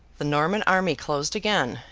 the norman army closed again,